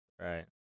Right